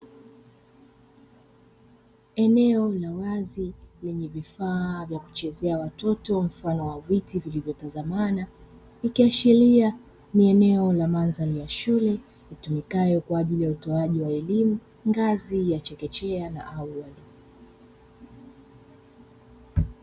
Eneo la wazi lenye vifaa vya kuchezea watoto mfano wa viti vilivyotazamana, ikiashiria ni eneo la mandhari ya shule, itumikayo kwa ajili ya utoaji wa elimu ngazi ya chekechea na awali.